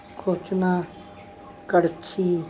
ਖੁਰਚਣਾ ਕੜਛੀ